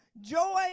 Joy